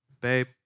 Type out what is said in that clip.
babe